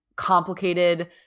complicated